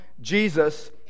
Jesus